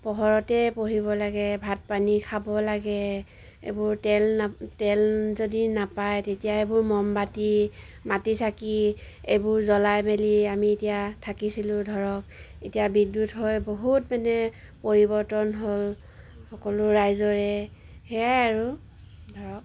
পোহৰতে পঢ়িব লাগে ভাত পানী খাব লাগে এইবোৰ তেল নাপ তেল যদি নাপাই তেতিয়া এইবোৰ মমবাতি মাটি চাকি এইবোৰ জ্বলাই মেলি আমি এতিয়া থাকিছিলোঁ ধৰক এতিয়া বিদ্যুৎ হৈ বহুত মানে পৰিৱৰ্তন হ'ল সকলো ৰাইজৰে সেয়াই আৰু ধৰক